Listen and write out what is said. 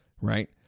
right